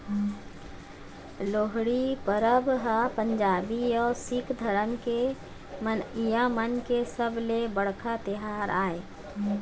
लोहड़ी परब ह पंजाबी अउ सिक्ख धरम के मनइया मन के सबले बड़का तिहार आय